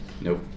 Nope